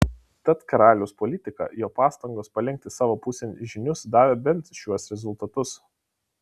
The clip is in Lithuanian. tad karaliaus politika jo pastangos palenkti savo pusėn žynius davė bent šiuos rezultatus